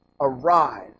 arrive